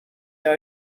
are